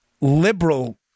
liberal